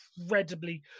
incredibly